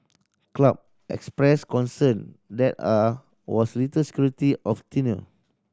club expressed concern that are was little security of tenure